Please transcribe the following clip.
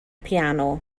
piano